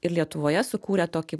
ir lietuvoje sukūrė tokį